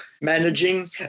managing